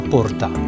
Porta